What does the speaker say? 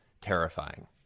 terrifying